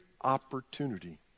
opportunity